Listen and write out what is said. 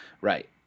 Right